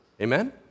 Amen